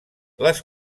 les